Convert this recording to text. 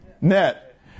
net